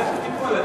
תיכף תיפול.